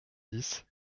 dix